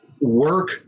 work